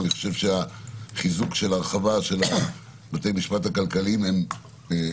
אני חושב שהחיזוק של ההרחבה של בתי המשפט הכלכליים הוא חשוב,